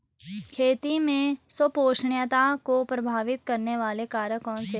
खेती में संपोषणीयता को प्रभावित करने वाले कारक कौन से हैं?